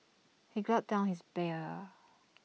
he gulped down his beer